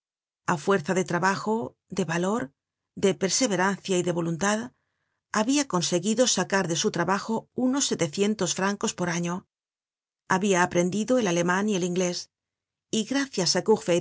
a fuerza de trabajo de valor de perseverancia y de voluntad habia conseguido sacar de su trabajo unos setecientos francos por año habia aprendido el alemán y el inglés y gracias á